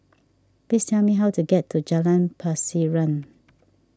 please tell me how to get to Jalan Pasiran